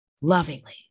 lovingly